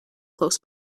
close